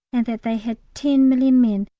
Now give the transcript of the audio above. and that they had ten million men,